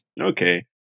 Okay